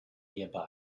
nearby